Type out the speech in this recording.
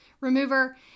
remover